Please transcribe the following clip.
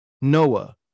Noah